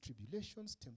tribulations